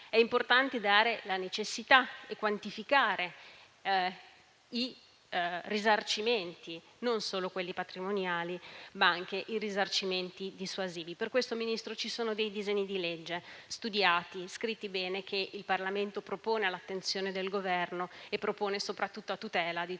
È importante dare la necessità e quantificare i risarcimenti, non solo quelli patrimoniali, ma anche i risarcimenti dissuasivi. Per questo, Ministro, ci sono dei disegni di legge studiati e scritti bene che il Parlamento propone all'attenzione del Governo, soprattutto a tutela di tutti